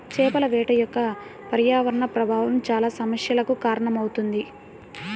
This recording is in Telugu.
చేపల వేట యొక్క పర్యావరణ ప్రభావం చాలా సమస్యలకు కారణమవుతుంది